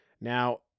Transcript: Now